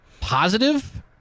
Positive